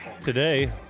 Today